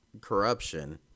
Corruption